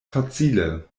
facile